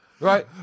Right